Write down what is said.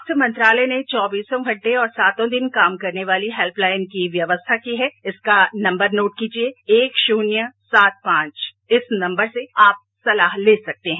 स्वास्थ्य मंत्रालय ने चौबीसों घंटे और सातों दिन काम करने वाली हेल्पलाइन की व्यवस्था की है इसका नंबर नोट कीजिए एक शून्य सात पांच इस नंबर से आप सलाह ले सकते हैं